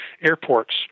airports